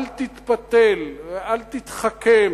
אל תתפתל ואל תתחכם.